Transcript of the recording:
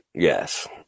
Yes